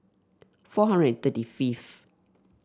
four hundred and thirty fifth